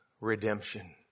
redemption